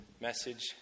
message